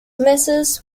messrs